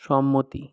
সম্মতি